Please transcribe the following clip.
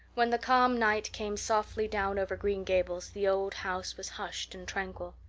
when the calm night came softly down over green gables the old house was hushed and tranquil.